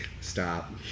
stop